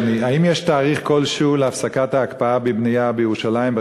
אדוני: האם יש תאריך כלשהו להפסקת ההקפאה בבנייה בירושלים,